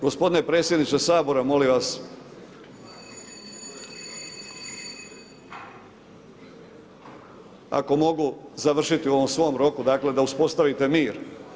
Gospodine predsjedniče Sabora, molim vas ako mogu završiti u ovom svom roku dakle, da uspostavite mir.